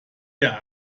der